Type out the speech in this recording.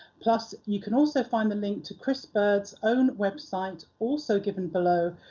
plus, you can also find the link to chris bird's own website, also given below,